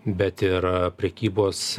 bet ir prekybos